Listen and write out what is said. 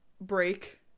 break